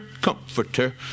comforter